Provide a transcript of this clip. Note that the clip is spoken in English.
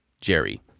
Jerry